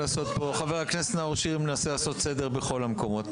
חבר הכנסת נאור שירי מנסה לעשות פה סדר בכל המקומות.